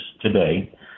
today